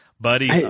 buddy